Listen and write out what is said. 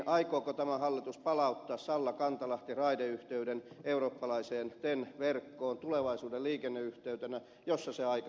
aikooko tämä hallitus palauttaa sallakantalahti raideyhteyden eurooppalaiseen ten verkkoon tulevaisuuden liikenneyhteytenä jossa se aikaisemmin oli